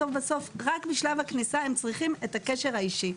בסוף בסוף רק בשלב הכניסה הם צריכים את הקשר האישי.